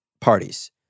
parties